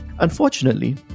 Unfortunately